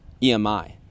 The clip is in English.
EMI